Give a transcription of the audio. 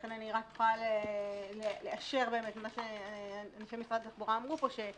לכן אני יכולה רק לאשר את מה שאנשי משרד התחבורה אמרו פה,